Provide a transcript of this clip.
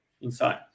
inside